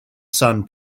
son